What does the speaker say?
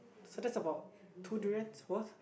so that's about two durians worth